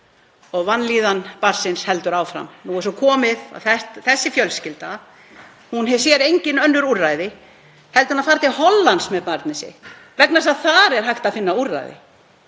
og vanlíðan barnsins heldur áfram. Nú er svo komið að þessi fjölskylda sér engin önnur úrræði en að fara til Hollands með barnið sitt vegna þess að þar er hægt að finna úrræði.